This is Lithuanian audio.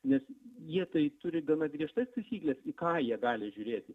nes jie tai turi gana griežtas taisykles į ką jie gali žiūrėti